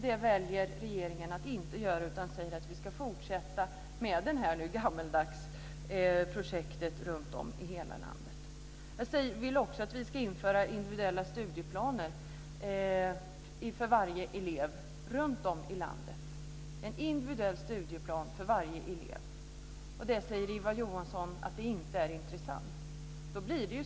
Det väljer regeringen att inte göra, utan man säger att vi ska fortsätta med det gamla projektet runtom i hela landet. Jag vill också att det ska införas individuella studieplaner för varje elev. Men Eva Johansson säger att det inte är intressant.